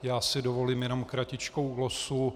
Já si dovolím jenom kratičkou glosu.